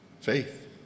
faith